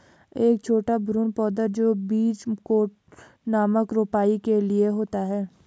एक छोटा भ्रूण पौधा जो बीज कोट नामक रोपाई के लिए होता है